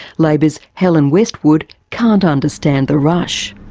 labor's helen westwood can't understand the rush.